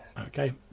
Okay